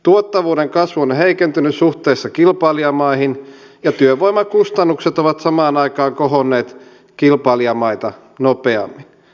tuottavuuden kasvu on heikentynyt suhteessa kilpailijamaihin ja työvoimakustannukset ovat samaan aikaan kohonneet kilpailijamaita nopeammin